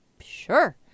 sure